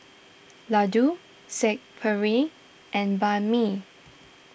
Ladoo Saag Perry and Banh Mi